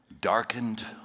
darkened